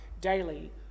daily